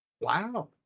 Wow